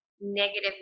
negative